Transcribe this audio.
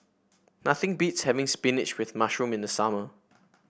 nothing beats having spinach with mushroom in the summer